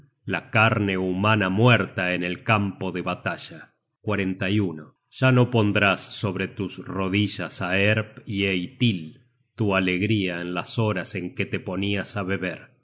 la carne humana muerta en el campo de batalla ya no pondrás sobre tus rodillas á erp y eitil tu alegría en las horas en que te ponias á beber